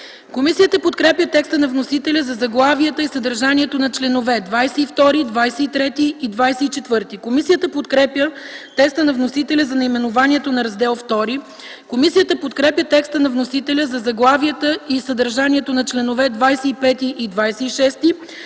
Комисията подкрепя текста на вносителя за заглавията и съдържанието на членове 39 и 40. Комисията подкрепя текста на вносителя за наименованието на Раздел ІІІ. Комисията подкрепя текста на вносителя за заглавията и съдържанието на членове 41 и 42.